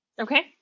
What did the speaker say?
Okay